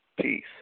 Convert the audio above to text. peace